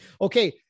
okay